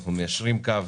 אנחנו מיישרים קו